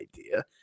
idea